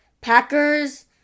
Packers